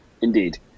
Indeed